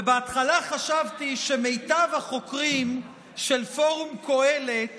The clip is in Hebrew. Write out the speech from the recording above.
ובהתחלה חשבתי שמיטב החוקרים של פורום קהלת